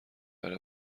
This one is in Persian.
داره